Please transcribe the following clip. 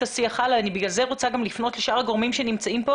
ועד ת', אנחנו ממילא בגירעון ולמה שנטפל בהם?